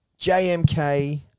JMK